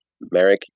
Merrick